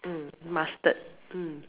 mm mustard mm